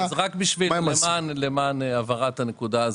אוקיי, אז רק למען הבהרת הנקודה הזו.